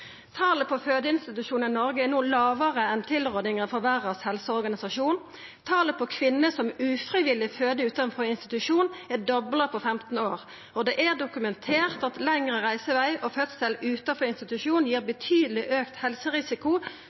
Talet på fødeinstitusjonar i Noreg er no lågare enn tilrådinga frå Verdas helseorganisasjon. Talet på kvinner som ufrivillig føder utanfor institusjon, er dobla på 15 år. Det er dokumentert at lengre reiseveg og fødsel utanfor institusjon gir betydeleg auka helserisiko